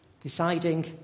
Deciding